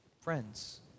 friends